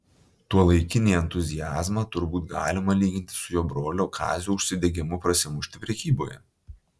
tuolaikinį entuziazmą turbūt galima lyginti su jo brolio kazio užsidegimu prasimušti prekyboje